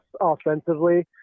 offensively